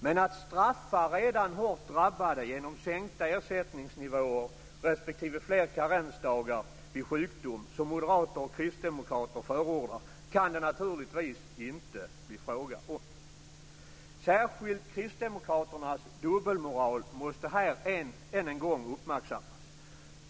Men att straffa redan hårt drabbade genom sänkta ersättningsnivåer respektive fler karensdagar vid sjukdom, som moderater och kristdemokrater förordar, kan det naturligtvis inte bli fråga om. Särskilt kristdemokraternas dubbelmoral måste här än en gång uppmärksammas.